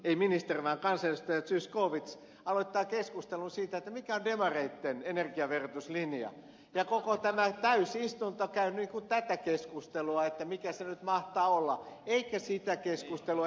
sen jälkeen kansanedustaja zyskowicz aloittaa keskustelun siitä mikä on demareitten energiaverotuslinja ja koko tämä täysistunto käy tätä keskustelua mikä se nyt mahtaa olla eikä sitä keskustelua ed